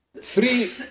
Three